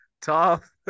Tough